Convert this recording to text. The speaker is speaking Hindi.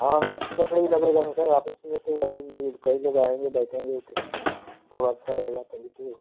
हाँ अच्छी लकड़ी लगेगा नहीं तो आफिस में भाई कई लोग आएंगे बैठेंगे अच्छा रहेगा तभी तो